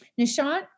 Nishant